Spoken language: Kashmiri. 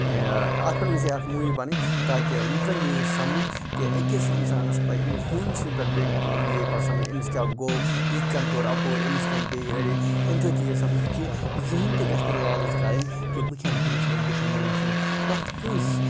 اَتھ پٮ۪ٹھ گژھ ہے اَکھ موٗوی بَنٕنۍ تاکہِ لُکَن یہِی یہِ سمجھ کہِ أکِس اِنسانَس پَاے أمِس ہوٗنۍ سٕنٛدۍ پٮ۪ٹھ بہٕ یی پَتہٕ سَمجھ أمِس کیاہ گوٚو یِہ کَنۍ تور اَپٲرۍ أمِس کَمہِ پیٚیہِ أڑے اَمہِ سۭتۍ یی ہے سَمجھ کہِ زٕہٕنۍ تہِ گژھِ نہٕ لالٕچ کَرٕنۍ کہِ بہٕ کھٮ۪م ہیمۍ سُنٛد بہٕ کھٮ۪م ییٚمۍ سُنٛد پرٮ۪تھ کٲنٛسہِ